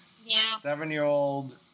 Seven-year-old